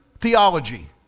theology